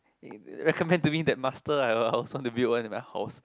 recommend to me that master I also want to build one in my house